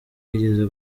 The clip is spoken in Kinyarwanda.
yigeze